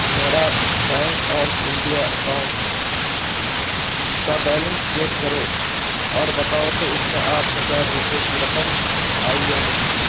میرا bank of India account کا balance check کرو اور بتاؤ کہ اس میں آٹھ ہزار روپئے کی رقم آئی یا نہیں